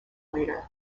later